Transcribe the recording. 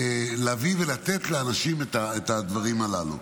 לתת לאנשים את הדברים הללו.